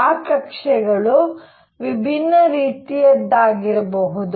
ಆ ಕಕ್ಷೆಗಳು ವಿಭಿನ್ನ ರೀತಿಯದ್ದಾಗಿರಬಹುದು